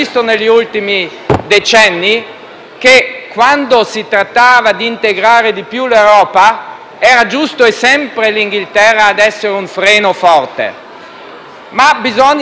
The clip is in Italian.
quando si trattava di integrare di più l'Europa era sempre l'Inghilterra ad essere un freno forte. Bisogna conoscere questa storia per